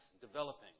developing